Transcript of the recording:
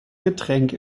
getränk